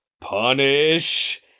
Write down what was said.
punish